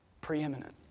preeminent